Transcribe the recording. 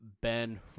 Ben